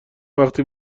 وقتی